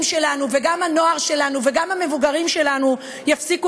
שלנו וגם הנוער שלנו וגם המבוגרים שלנו יפסיקו